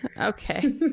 Okay